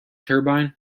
turbine